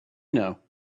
know